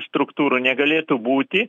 struktūrų negalėtų būti